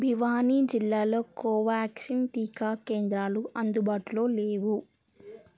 భివానీ జిల్లాలో కోవ్యాక్సిన్ టీకా కేంద్రాలు అందుబాటులో లేవు